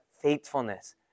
faithfulness